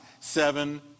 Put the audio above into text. seven